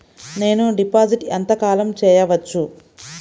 నేను డిపాజిట్ ఎంత కాలం చెయ్యవచ్చు?